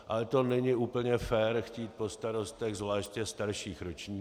Ale to není úplně fér chtít po starostech, zvláště starších ročníků.